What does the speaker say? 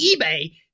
eBay